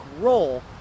role